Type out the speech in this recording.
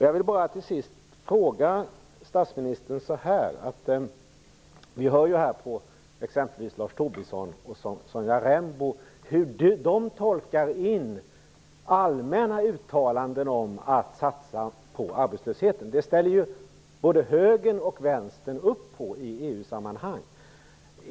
Jag vill till sist fråga statsministern följande: Vi hör här hur exempelvis Lars Tobisson och Sonja Rembo tolkar allmänna uttalanden om att satsa på arbetslösheten. Det ställer både högern och vänstern upp på i EU-sammanhang.